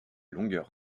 longueur